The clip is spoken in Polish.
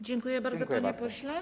Dziękuję bardzo, panie pośle.